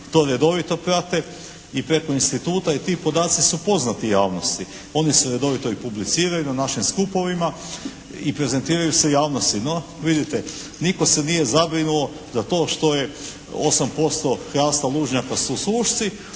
to redovito prate i preko instituta i ti podaci su poznati javnosti. Oni se redovito i publiciraju na našim skupovima i prezentiraju se javnosti. No vidite, nitko se nije zabrinuo za to što je 8% hrasta lužnjaka su sušci,